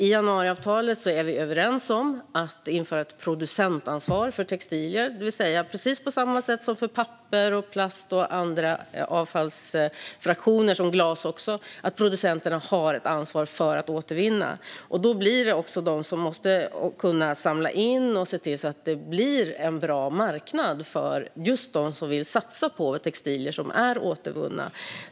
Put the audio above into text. I januariavtalet är vi överens om att införa ett producentansvar för textilier. Det vill säga att producenterna ska ha ett ansvar för att återvinna på precis samma sätt som för papper, plast, glas och andra avfallsfraktioner. Man måste kunna samla in och se till att det blir en bra marknad för dem som vill satsa på textilier som är återvunna.